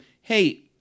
Hey